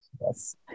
Yes